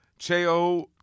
Cheo